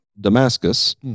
Damascus